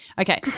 Okay